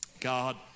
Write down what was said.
God